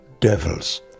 devils